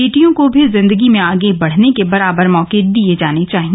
बेटियों को भी जिन्दगी में आग बढ़ने के बराबर मौके दिये जाने चाहिए